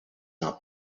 not